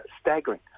staggering